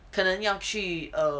可能要去 err